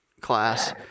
class